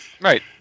Right